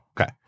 Okay